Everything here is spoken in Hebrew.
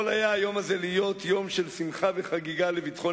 יכול היה היום הזה להיות יום של שמחה וחגיגה לביטחון